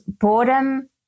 boredom